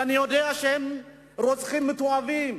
ואני יודע שהם רוצחים מתועבים,